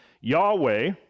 Yahweh